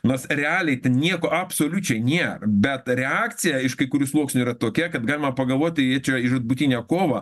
nors realiai ten nieko absoliučiai nėra bet reakcija iš kai kurių sluoksnių yra tokia kad galima pagalvoti jie čia į žūtbūtinę kovą